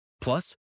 Plus